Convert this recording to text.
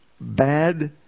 bad